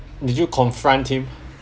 did you confront him